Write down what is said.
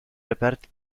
reperti